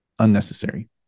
unnecessary